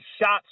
shots